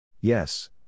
Yes